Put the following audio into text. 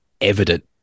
evident